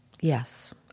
Yes